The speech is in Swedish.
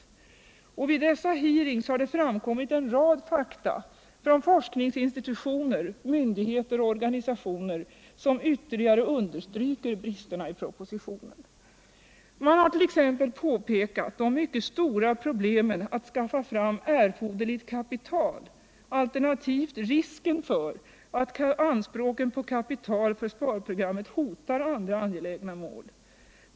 Vid de hearings som ägt rum har det framkommit en rad fakta från forskningsin Energisparplan stitutioner, myndigheter och organisationer, som ytterligare understryker för befintlig bebygbristerna i propositionen. Man har t.ex. påtalat de mycket stora problemen att skaffa fram erforderligt kapital alternativt risken för att anspråken på kapital för sparprogrammet hotar andra angelägna mål.